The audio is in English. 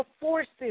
forces